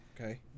Okay